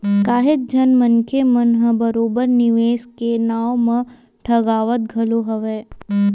काहेच झन मनखे मन ह बरोबर निवेस के नाव म ठगावत घलो हवय